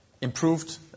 improved